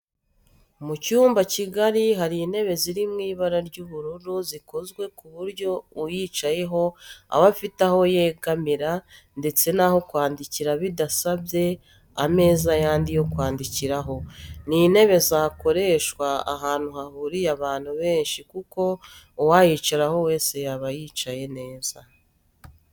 Mu cyumba kigari hari intebe ziri mu ibara ry'ubururu zikozwe ku buryo uyicayeho aba afite aho yegamira ndetse n'aho kwandikira bidasabye ameza yandi yo kwandikiraho. Ni intebe zakoreshwa ahantu hahuriye abantu benshi kuko uwayicaraho wese yaba yicaye neza.